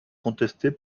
contesté